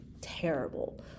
terrible